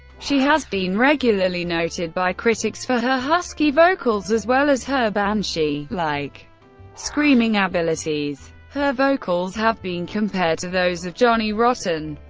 she has been regularly noted by critics for her husky vocals as well as her banshee like screaming abilities. her vocals have been compared to those of johnny rotten,